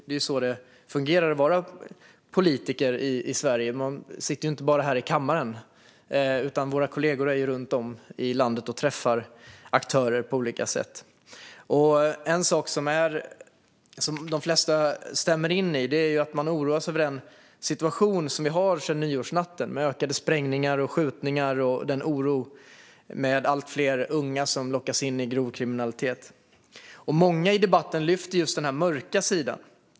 Det är så det fungerar när man är politiker i Sverige. Man sitter inte bara här i kammaren. Vi och våra kollegor åker runt om i landet och träffar aktörer på olika sätt. En sak som de flesta stämmer in i är att man oroar sig över den situation vi har sedan nyårsnatten med ökade sprängningar och skjutningar och över att allt fler unga lockas in i grov kriminalitet. Många i debatten lyfter fram just den mörka sidan.